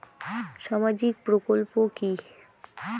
সামাজিক প্রকল্প কি?